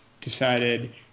decided